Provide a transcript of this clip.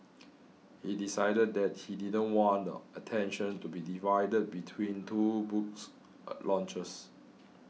he decided that he didn't want the attention to be divided between two books launches